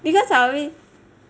because ah we